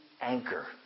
anchor